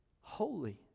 holy